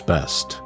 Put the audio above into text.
Best